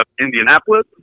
Indianapolis